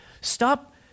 Stop